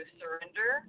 surrender